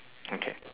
okay